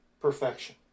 perfection